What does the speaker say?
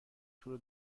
تور